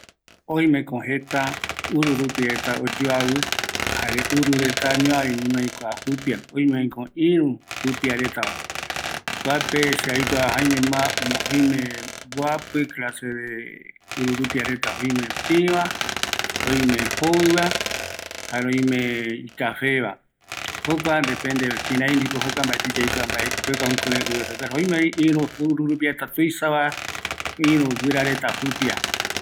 ﻿Oimeko jeta ururupia reta oyoavɨ, jare ururetañoavï guinoi kua jupia, jare oimevi irü jupia retava kuape se jaeñoma aikuava jaeñoma mo oime mboapi clase de ururupia retava, oime tïva, oime joviva jare oime ikafeva, jokua depende kirai ndipo mbaeti yaikua mbae jekopegua oureta kurai, oimevi irü ururupia reta tuisava irü guira reta jupia